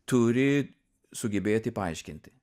turi sugebėti paaiškinti